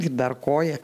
ir dar koja